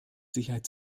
sicherheit